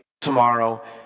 tomorrow